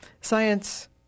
science